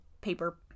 paper